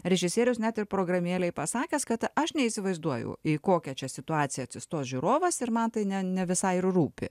režisierius net ir programėlėj pasakęs kad aš neįsivaizduoju į kokia čia situacija atsistos žiūrovas ir man tai ne ne visai ir rūpi